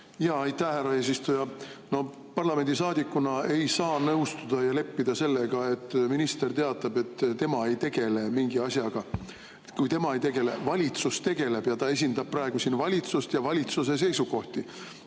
Aitäh, härra eesistuja! Parlamendisaadikuna ei saa ma nõustuda ja leppida sellega, et minister teatab, et tema ei tegele mingi asjaga. Tema ei tegele, aga valitsus tegeleb ja ta esindab praegu siin valitsust ja valitsuse seisukohti,